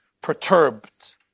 perturbed